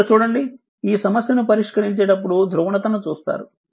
ఇక్కడ చూడండి ఈ సమస్యను పరిష్కరించేటప్పుడు ధ్రువణత చూస్తారు